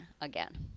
again